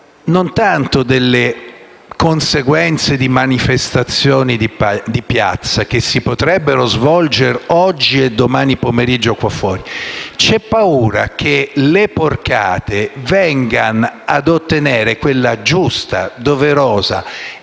non tanto delle conseguenze di manifestazioni di piazza che si potrebbero svolgere oggi e domani pomeriggio qua fuori, quanto che vengano a ottenere quella giusta e doverosa